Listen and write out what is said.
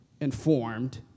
Informed